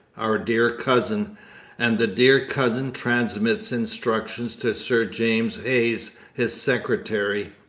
our dear cousin and the dear cousin transmits instructions to sir james hayes, his secretary.